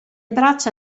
braccia